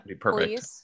Perfect